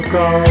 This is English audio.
go